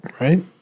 Right